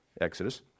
Exodus